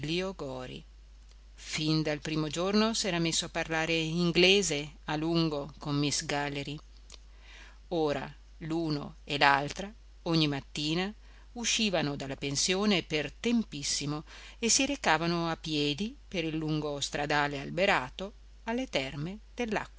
gori fin dal primo giorno s'era messo a parlare in inglese a lungo con miss galley ora l'uno e l'altra ogni mattina uscivano dalla pensione per tempissimo e si recavano a piedi per il lungo stradale alberato alle terme